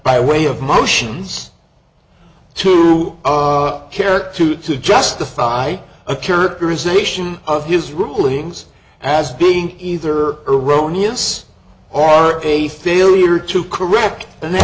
by way of motions to care to to justify a characterization of his rulings as being either erroneous or a failure to correct and they